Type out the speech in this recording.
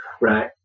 Right